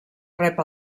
rep